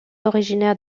originaire